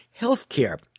healthcare